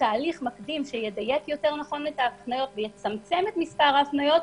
תהליך מקדים שידייק יותר נכון את ההפניות ויצמצם את מספר ההפניות,